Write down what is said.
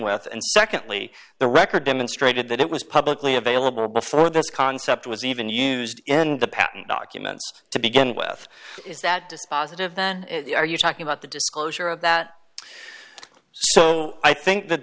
with and secondly the record demonstrated that it was publicly available before this concept was even used in the patent documents to begin with is that dispositive then are you talking about the disclosure of that so i think that